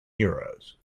euros